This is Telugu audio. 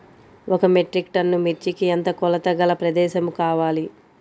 ఒక మెట్రిక్ టన్ను మిర్చికి ఎంత కొలతగల ప్రదేశము కావాలీ?